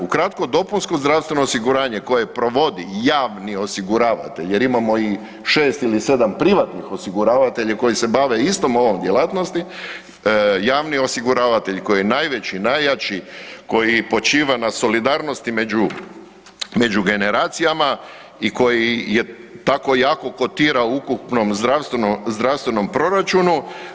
Ukratko dopunsko zdravstveno osiguranje koje provodi javni osiguravatelj, jer imamo i 6 ili 7 privatnih osiguravatelja koji se bave istom ovom djelatnosti, javni osiguravatelj koji je najveći, najjači, koji počiva na solidarnosti među generacijama i koji tako jako kotira u ukupnom zdravstvenom proračunu.